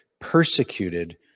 Persecuted